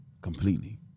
completely